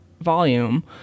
volume